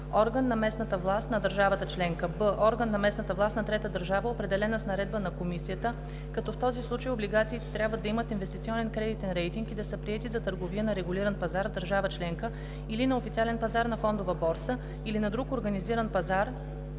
орган на местната власт на държава членка; б) орган на местната власт на трета държава, определена с наредба на комисията, като в този случай облигациите трябва да имат инвестиционен кредитен рейтинг и да са приети за търговия на регулиран пазар в държава членка или на официален пазар на фондова борса, или на друг организиран пазар